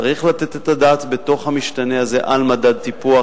צריך לתת את הדעת בתוך המשתנה הזה על מדד טיפוח,